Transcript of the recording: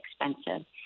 expensive